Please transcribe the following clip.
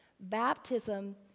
Baptism